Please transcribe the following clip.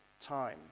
time